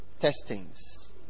testings